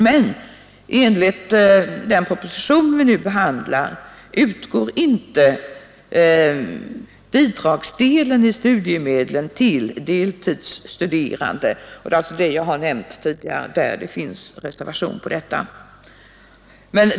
Men enligt den proposition vi nu behandlar, propositionen 63, utgår inte bidragsdelen till deltidsstuderande, som jag tidigare nämnt, och den saken har tagits upp i reservationen 3.